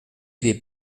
des